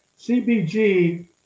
CBG